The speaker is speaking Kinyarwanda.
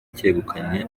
cyegukanywe